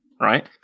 right